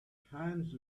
hands